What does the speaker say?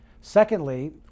Secondly